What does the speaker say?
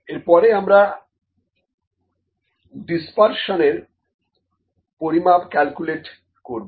এর পরে এখানে আমরা ডিসপারশনের পরিমাপ ক্যালকুলেট করবো